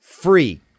free